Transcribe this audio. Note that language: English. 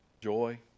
Joy